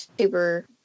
super